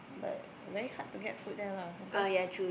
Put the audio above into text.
but very hard to get food there lah because